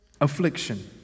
affliction